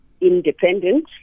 independent